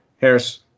Harris